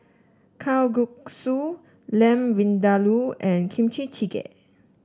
Kalguksu Lamb Vindaloo and Kimchi Jjigae